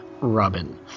Robin